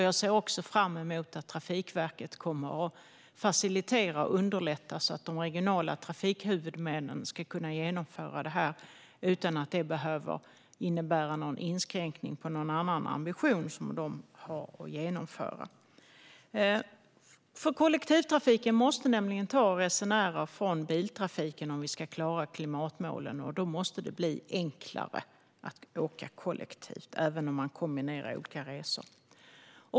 Jag ser också fram emot att Trafikverket kommer att underlätta för de regionala trafikhuvudmännen att kunna genomföra detta utan att det behöver innebära någon inskränkning på någon annan ambition som de har att genomföra. Kollektivtrafiken måste nämligen ta resenärer från biltrafiken om vi ska klara klimatmålen, och då måste det bli enklare att åka kollektivt även om man kombinerar olika resor.